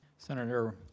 Senator